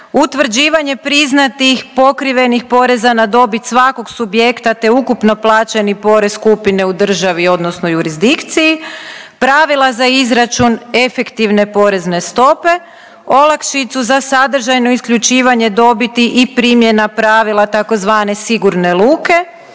utvrđivanje priznatih pokrivenih poreza na dobit svakog subjekta te ukupno plaćeni porez skupine u državi odnosno jurisdikciji. Pravila za izračun efektivne porezne stope, olakšicu za sadržajno isključivanje odbiti i primjena pravila, tzv. sigurne luke,